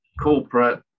corporate